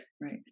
Right